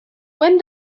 when